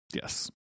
Yes